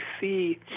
see